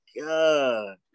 God